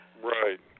Right